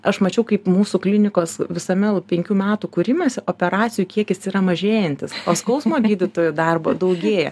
aš mačiau kaip mūsų klinikos visame penkių metų kūrimesi operacijų kiekis yra mažėjantis o skausmo gydytojų darbo daugėja